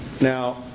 Now